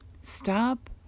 stop